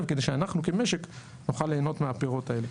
וכדי שאנחנו כמשק נוכל ליהנות מהפירות האלה.